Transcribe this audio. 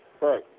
Right